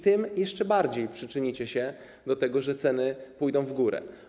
Tym jeszcze bardziej przyczynicie się do tego, że ceny pójdą w górę.